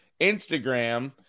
Instagram